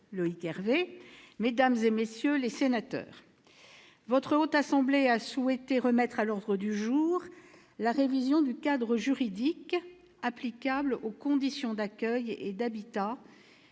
de loi, mesdames, messieurs les sénateurs, la Haute Assemblée a souhaité remettre à l'ordre du jour la révision du cadre juridique applicable aux conditions d'accueil et d'habitat